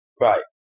Right